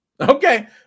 Okay